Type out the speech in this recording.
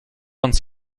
uns